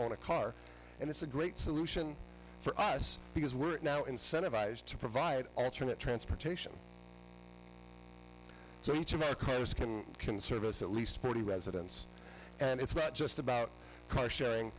own a car and it's a great solution for us because we're now incentivized to provide alternate transportation so each of our cars can can service at least forty residents and it's not just about car sharing